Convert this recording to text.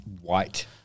white